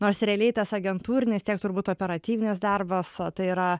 nors realiai tas agentūrinis tiek turbūt operatyvinis darbas tai yra